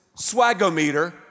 swagometer